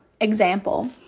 example